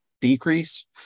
decrease